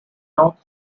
north